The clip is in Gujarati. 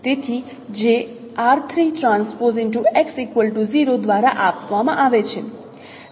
તેથી જે દ્વારા આપવામાં આવે છે